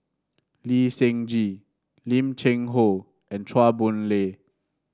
Lee Seng Gee Lim Cheng Hoe and Chua Boon Lay